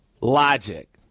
Logic